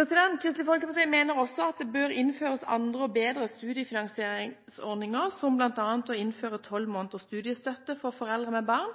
Kristelig Folkeparti mener også at det bør innføres andre og bedre studiefinansieringsordninger, som bl.a. å innføre 12 måneders studiestøtte for foreldre med barn.